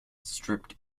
stripped